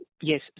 Yes